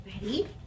Ready